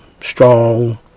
strong